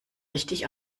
richtig